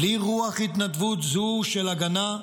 בלי רוח התנדבות זו של הגנה,